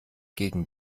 gegen